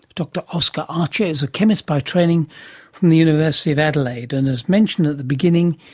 dr oscar archer is a chemist by training from the university of adelaide and, as mentioned at the beginning,